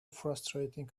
frustrating